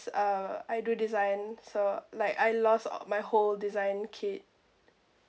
uh I do design so like I lost my whole design kit